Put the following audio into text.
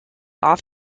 off